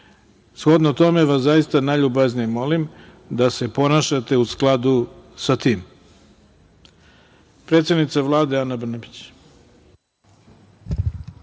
Shodno tome vas zaista najljubaznije molim da se ponašate u skladu sa tim. Reč ima, predsednica Vlade, Ana Brnabić.